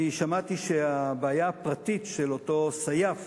אני שמעתי שהבעיה הפרטית של אותו סייף,